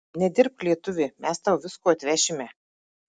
nedirbk lietuvi mes tau visko atvešime